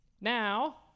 now